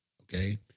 okay